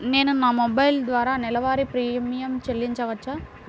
నేను నా మొబైల్ ద్వారా నెలవారీ ప్రీమియం చెల్లించవచ్చా?